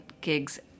gigs